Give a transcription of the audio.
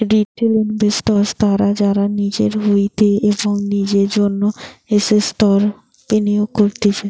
retail investors তারা যারা নিজের হইতে এবং নিজের জন্য এসেটস বিনিয়োগ করতিছে